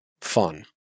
fun